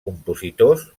compositors